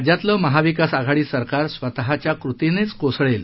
राज्यातील महाविकास आघाडी सरकार स्वतः च्या कृतीनेच कोसळेल